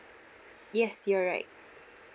yes you're right